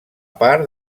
part